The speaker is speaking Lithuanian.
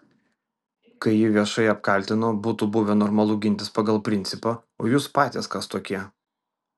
kai jį viešai apkaltino būtų buvę normalu gintis pagal principą o jūs patys kas tokie